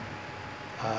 uh